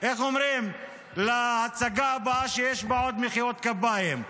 איך אומרים, להצגה הבאה שיש בה עוד מחיאות כפיים.